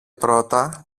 πρώτα